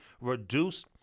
reduce